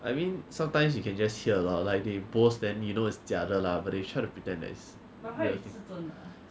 I mean sometimes you can just hear lah like they boast than you know is 假的啦 but they try to pretend that is